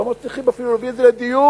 לא מצליחים אפילו להביא את זה לדיון.